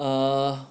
um